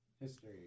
History